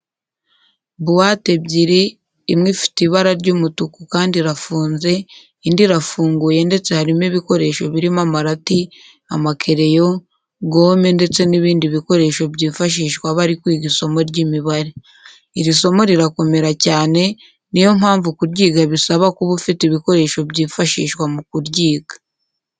Buwate ebyiri, imwe ifite ibara ry'umutuku kandi irafunze, indi irafunguye ndetse harimo ibikoresho birimo amarati, amakereyo, gome ndetse n'ibindi bikoresho byifashishwa bari kwiga isomo ry'imibare. Iri somo rirakomera cyane, niyo mpavu kuryiga bisaba kuba ufite ibikoresho byifashishwa mu kuryiga.